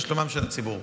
לשלומו של הציבור.